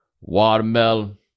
watermelon